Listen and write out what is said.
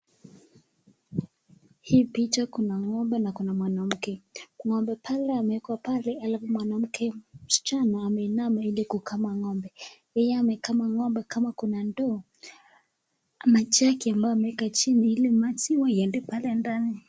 Hii picha kuna ngo'mbe na mwanamke, ngo'mbe pale ameweka pale na mwanamke msichana ameinama hili kukama ngo'mbe yeye amekama ngo'mbe kama kuna ndoo ama jaki ambaye ameweka chini hili masiwa iende pale ndani.